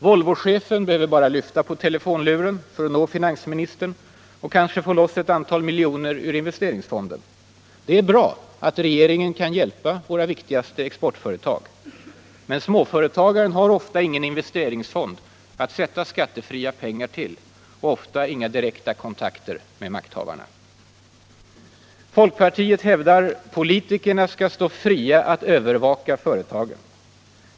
Volvochefen behöver bara lyfta på telefonluren för att nå finansministern och kanske få loss ett antal miljoner ur investeringsfonden. Det är bra att regeringen kan hjälpa våra viktigaste exportföretag. Men småföretagaren har ofta ingen investeringsfond att sätta av skattefria pengar till och ofta inga direkta kontakter med makthavarna. Folkpartiet hävdar att politikerna skall stå fria att övervaka företagen.